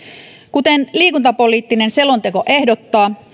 kuten liikuntapoliittinen selonteko ehdottaa